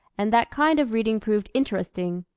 and that kind of reading proved interesting.